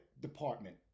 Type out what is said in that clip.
department